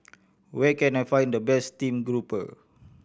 where can I find the best steamed grouper